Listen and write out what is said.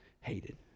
hated